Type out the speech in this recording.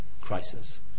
crisis